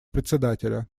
председателя